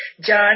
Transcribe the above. John